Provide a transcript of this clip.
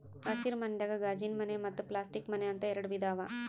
ಹಸಿರ ಮನಿದಾಗ ಗಾಜಿನಮನೆ ಮತ್ತ್ ಪ್ಲಾಸ್ಟಿಕ್ ಮನೆ ಅಂತ್ ಎರಡ ವಿಧಾ ಅವಾ